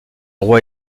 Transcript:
roi